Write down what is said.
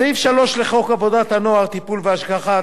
סעיף 3 לחוק עבודת הנוער (טיפול והשגחה),